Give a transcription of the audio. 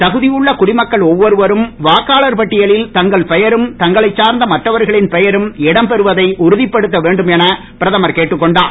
தகுதி உள்ள குடிமக்கள் ஒவ்வொருவரும் வாக்காளர் பட்டியலில் தங்கள் பெயரும் தங்களைச் சார்ந்த மற்றவர்களின் பெயரும் இடம் பெறுவதை உறுதிப்படுத்த வேண்டும் என பிரதமர் கேட்டுக்கொண்டார்